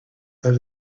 had